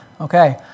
Okay